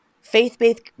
faith-based